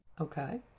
Okay